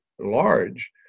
large